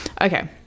Okay